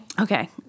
Okay